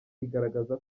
igaragaza